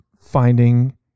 finding